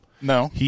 No